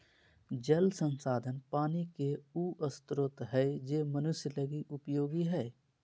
जल संसाधन पानी के उ स्रोत हइ जे मनुष्य लगी उपयोगी हइ